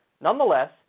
Nonetheless